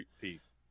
peace